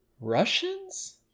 russians